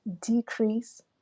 decrease